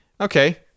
Okay